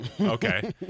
okay